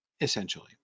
essentially